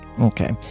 Okay